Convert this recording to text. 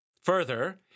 Further